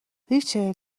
ریچل